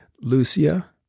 Lucia